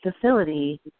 facility